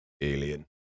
Alien